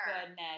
goodness